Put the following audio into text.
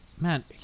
man